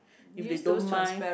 if they don't mind